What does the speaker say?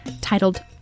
titled